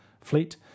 fleet